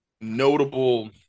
notable